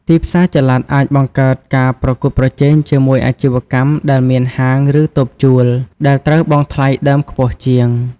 ទីផ្សារចល័តអាចបង្កើតការប្រកួតប្រជែងជាមួយអាជីវកម្មដែលមានហាង ឬតូបជួល ដែលត្រូវបង់ថ្លៃដើមខ្ពស់ជាង។